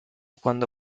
cuando